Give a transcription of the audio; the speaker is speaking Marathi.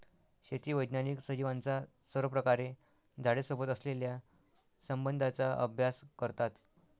शेती वैज्ञानिक सजीवांचा सर्वप्रकारे झाडे सोबत असलेल्या संबंधाचा अभ्यास करतात